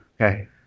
Okay